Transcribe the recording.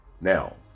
now